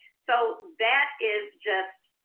so that is just,